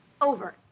Over